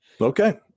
Okay